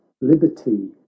liberty